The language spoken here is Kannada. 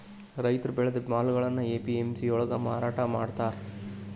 ರೈತ ಬೆಳೆದ ಮಾಲುಗಳ್ನಾ ಎ.ಪಿ.ಎಂ.ಸಿ ಯೊಳ್ಗ ಮಾರಾಟಮಾಡ್ತಾರ್